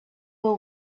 will